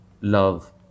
love